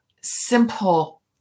simple